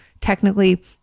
technically